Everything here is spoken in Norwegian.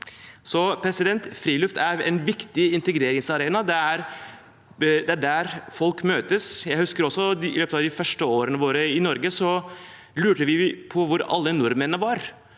bidro med. Friluft er altså en viktig integreringsarena. Det er der folk møtes. Jeg husker også at vi i løpet av de første årene våre i Norge lurte på hvor alle nordmennene var.